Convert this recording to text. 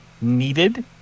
needed